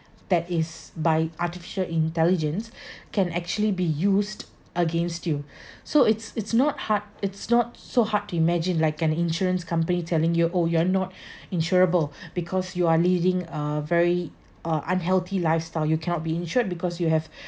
that is by artificial intelligence can actually be used against you so it's it's not hard it's not so hard to imagine like an insurance company telling you oh you are not insurable because you are leading a very uh unhealthy lifestyle you cannot be insured because you have